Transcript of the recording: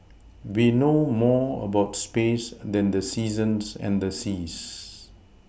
we know more about space than the seasons and the seas